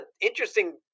interesting –